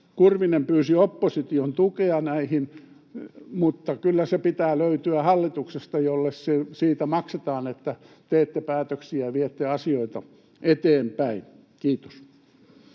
Kurvinen pyysi opposition tukea näihin, mutta kyllä se pitää löytyä hallituksesta, jolle siitä maksetaan, että teette päätöksiä ja viette asioita eteenpäin. — Kiitos.